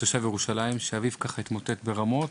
תושב ירושלים שאביו התמוטט ברמות